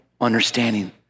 understanding